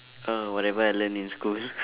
uh whatever I learn in school